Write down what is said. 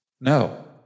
No